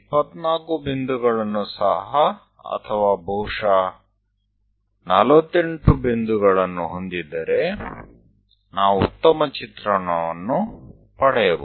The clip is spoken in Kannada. ನಾವು 24 ಬಿಂದುಗಳನ್ನು ಅಥವಾ ಬಹುಶಃ 48 ಬಿಂದುಗಳನ್ನು ಹೊಂದಿದ್ದರೆ ನಾವು ಉತ್ತಮ ಚಿತ್ರಣವನ್ನು ಪಡೆಯಬಹುದು